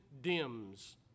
dims